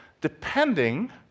depending